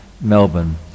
Melbourne